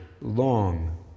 long